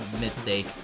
mistake